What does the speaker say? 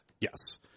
Yes